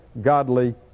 godly